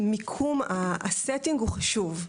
ה-Setting הוא חשוב.